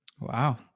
Wow